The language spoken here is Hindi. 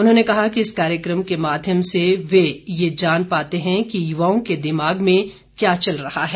उन्होंने कहा कि इस कार्यक्रम के माध्यम से वे यह जान पाते हैं कि युवाओं के दिमाग में क्या चल रहा है